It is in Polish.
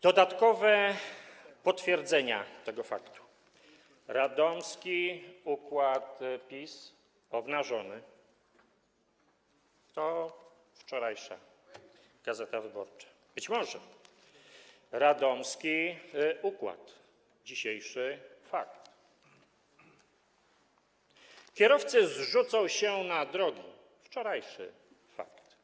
Dodatkowe potwierdzenia tego faktu to: „Radomski układ PiS obnażony” - to wczorajsza „Gazeta Wyborcza”, być może, „Radomski układ” - dzisiejszy „Fakt”, „Kierowcy zrzucą się na drogi” - wczorajszy „Fakt”